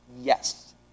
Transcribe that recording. yes